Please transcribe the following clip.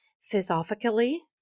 philosophically